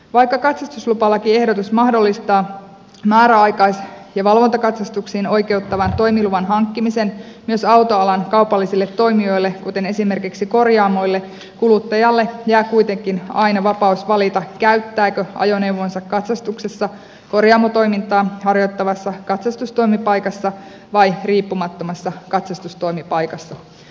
vaikka katsastuslupalakiehdotus mahdollistaa määräaikais ja valvontakatsastuksiin oikeuttavan toimiluvan hankkimisen myös autoalan kaupallisille toimijoille kuten esimerkiksi korjaamoille kuluttajalle jää kuitenkin aina vapaus valita käyttääkö ajoneuvonsa katsastuksessa korjaamotoimintaa harjoittavassa katsastustoimipaikassa vai riippumattomassa katsastustoimipaikassa